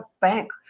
bank